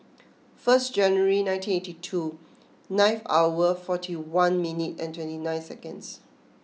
first July nineteen eighty two nine hour forty one minute and twenty nine seconds